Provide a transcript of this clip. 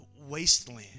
wasteland